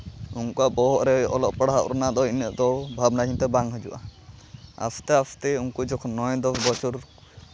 ᱚᱱᱠᱟ ᱵᱚᱦᱚᱜ ᱨᱮ ᱚᱞᱚᱜ ᱯᱟᱲᱦᱟᱜ ᱨᱮᱱᱟᱜ ᱫᱚ ᱤᱱᱟᱹᱜ ᱫᱚ ᱵᱷᱟᱵᱽᱱᱟ ᱡᱟᱛᱮ ᱵᱟᱝ ᱦᱤᱡᱩᱜᱼᱟ ᱟᱥᱛᱮ ᱟᱥᱛᱮ ᱩᱱᱠᱩ ᱡᱚᱠᱷᱚᱱ ᱱᱚᱭ ᱫᱚᱥ ᱵᱚᱪᱷᱚᱨ